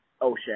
ocean